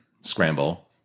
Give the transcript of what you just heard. scramble